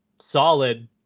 solid